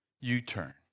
U-turn